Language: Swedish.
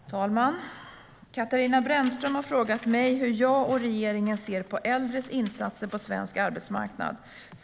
Herr talman! Katarina Brännström har frågat mig hur jag och regeringen ser på äldres insatser på svensk arbetsmarknad.